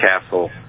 castle